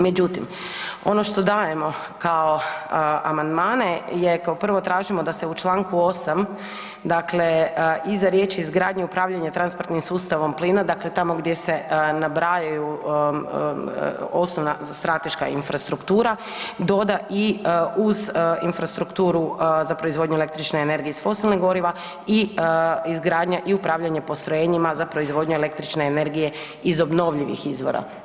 Međutim, ono što dajemo kao amandmane je kao prvo tražimo da se u Članku 8., dakle iza riječi „izgradnje upravljanja transportnim sustavom plina“ dakle tamo gdje se nabrajaju osnovna strateška infrastruktura doda i uz infrastrukturu za proizvodnju električne energije iz fosilnih goriva i izgradnja i upravljanje postrojenjima za proizvodnju električne energije iz obnovljivih izvora.